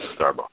Starbucks